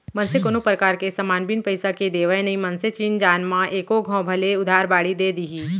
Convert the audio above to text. मनसे कोनो परकार के समान बिन पइसा के देवय नई मनसे चिन जान म एको घौं भले उधार बाड़ी दे दिही